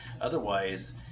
otherwise